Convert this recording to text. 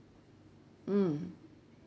mm